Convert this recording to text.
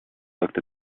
looked